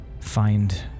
find